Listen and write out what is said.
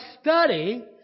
study